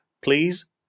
Please